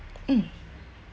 mm